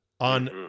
on